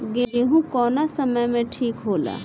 गेहू कौना समय मे ठिक होला?